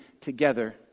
together